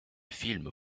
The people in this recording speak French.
film